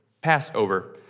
Passover